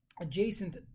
adjacent